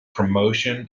promotion